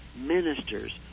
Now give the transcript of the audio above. ministers